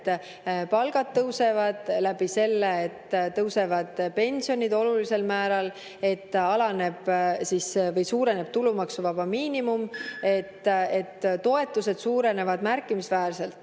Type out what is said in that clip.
et palgad tõusevad, läbi selle, et tõusevad pensionid olulisel määral, et suureneb tulumaksuvaba miinimum, et toetused suurenevad märkimisväärselt.